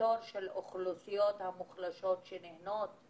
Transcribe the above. שאנחנו אמורים לחזור לעבודה בתנאים אחרים,